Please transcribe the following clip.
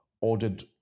ordered